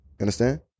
Understand